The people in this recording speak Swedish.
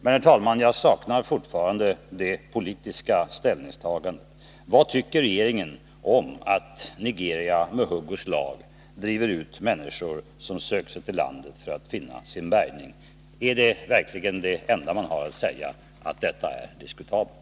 Men, herr talman, jag saknar fortfarande det politiska ställningstagandet. Vad tycker regeringen om att Nigeria med hugg och slag driver ut människor som sökt sig till landet för att finna sin bärgning? Är det verkligen det enda man har att säga, att detta är diskutabelt?